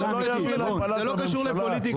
זה לא קשור לפוליטיקה.